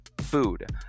food